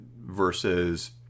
versus